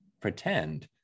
pretend